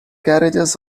carriages